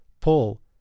Paul